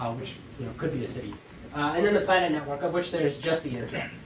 um which you know could be a city. and then the planet network, of which there is just the internet.